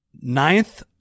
ninth